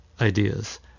ideas